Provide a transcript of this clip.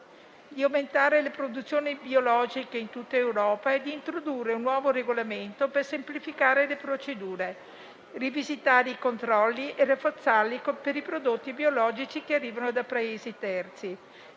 di aumentare le produzioni biologiche in tutta Europa e di introdurre un nuovo regolamento per semplificare le procedure, rivisitare i controlli e rafforzarli per i prodotti biologici che arrivano da Paesi terzi.